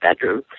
bedroom